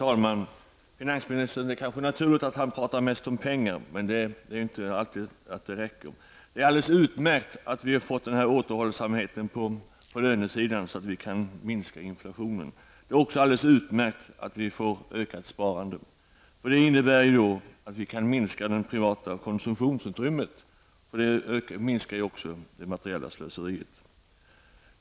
Herr talman! Det är kanske naturligt att finansministern pratar mest om pengar, men det är inte alltid som det räcker. Det är alldeles utmärkt att vi har fått den här återhållsamheten på lönesidan, så att vi kan minska inflationen. Det är också alldeles utmärkt att vi fått ett ökat sparande. Det innebär att vi kan minska det privata konsumtionsutrymmet, något som också minskar det materiella slöseriet.